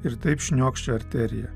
ir taip šniokščia arterija